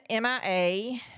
MIA